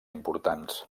importants